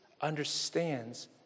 understands